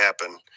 happen